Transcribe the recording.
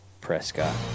Prescott